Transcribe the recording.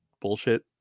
bullshit